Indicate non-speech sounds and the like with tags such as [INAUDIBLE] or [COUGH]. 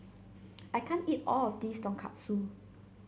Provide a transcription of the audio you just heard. [NOISE] I can't eat all of this Tonkatsu